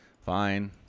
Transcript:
Fine